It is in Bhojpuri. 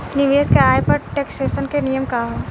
निवेश के आय पर टेक्सेशन के नियम का ह?